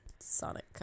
Sonic